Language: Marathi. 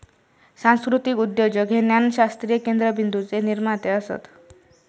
सांस्कृतीक उद्योजक हे ज्ञानशास्त्रीय केंद्रबिंदूचे निर्माते असत